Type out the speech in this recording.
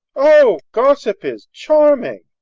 oh! gossip is charming!